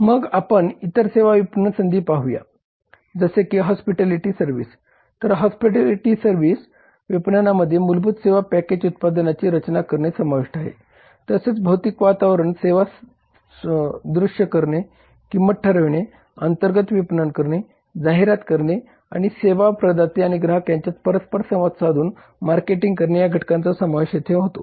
मग आपण इतर सेवा विपणन संधी पाहूया जसे की हॉस्पिटॅलिटी सर्विस तर हॉस्पिटॅलिटी सर्विस विपणनामध्ये मूलभूत सेवा पॅकेज उत्पादनाची रचना करणे समाविष्ट आहे तसेच भौतिक पर्यावरण सेवा दृश्य करणे किंमत ठरविणे अंतर्गत विपणन करणे जाहिरात करणे आणि सेवा प्रदाते आणि ग्राहक यांच्यात परस्पर संवाद साधून मार्केटिंग करणे या घटकांचा समावेश होतो